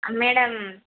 madam